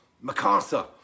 MacArthur